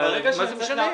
מה זה משנה?